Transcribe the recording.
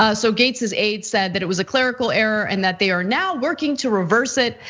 ah so gates his aide said that it was a clerical error and that they are now working to reverse it.